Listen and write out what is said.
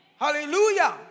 Hallelujah